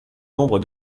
nombre